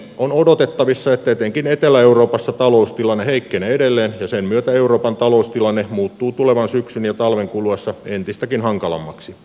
on odotettavissa että etenkin etelä euroopassa taloustilanne heikkenee edelleen ja sen myötä euroopan taloustilanne muuttuu tulevan syksyn ja talven kuluessa entistäkin hankalammaksi